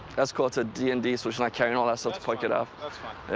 escort to d and d so she's not carrying all that stuff to pawtucket? um that's fine.